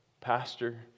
pastor